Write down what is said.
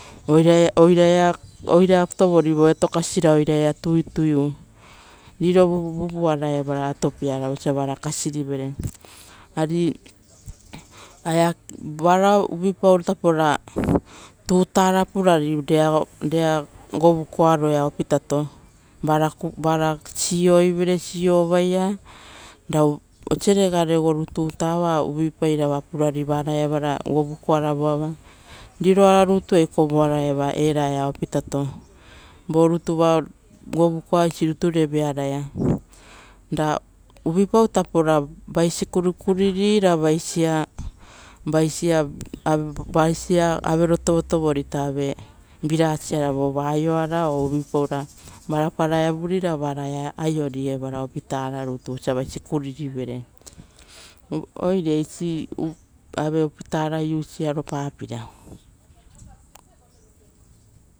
Oiraia, oiraia, oira tovorivo etokasia ra oiraia tuituiu riro vuvuara evara katopeara vosa vara kasirivere, ari ea varao uvuipau tapo ra tutara tutara purari rea, rea govukoaroia opitato vara, vara sioivere sioivaia ra osiare gare goru tuta eva oa uvuipai ra va pura varaiava govukoara evoava kovoara. Riroara rutueia kovoara evara eraia opitato. Vorutuva govukoar evara eraia opitato. Voratuva govukoar eisi ruture viaraia. Ra uvuipau tapo ra vaisi kurikuri ra vaisia, vaisia av vaisia avero tovotovori ave bilasara oritoa-ra vova aioara o uvuipau ra vara patamuri ra va aiori evara opita rutu vosa vaisi kuririvere oire eisi ui ave opita usiaro kovoaro-papeira.